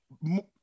more